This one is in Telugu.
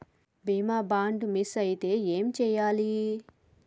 బీమా బాండ్ మిస్ అయితే ఏం చేయాలి?